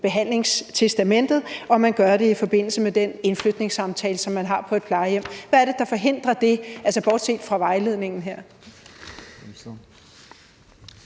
behandlingstestamentet i forbindelse med den indflytningssamtale, som man har på et plejehjem. Hvad er det, der forhindrer det, altså bortset fra vejledningen her?